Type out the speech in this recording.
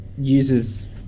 uses